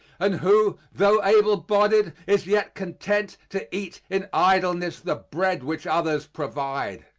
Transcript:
and who tho able-bodied is yet content to eat in idleness the bread which others provide.